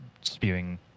spewing